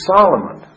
Solomon